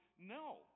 no